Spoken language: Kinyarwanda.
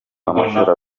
amatora